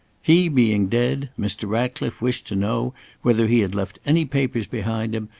he being dead, mr. ratcliffe wished to know whether he had left any papers behind him,